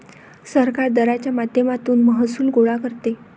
सरकार दराच्या माध्यमातून महसूल गोळा करते